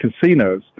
casinos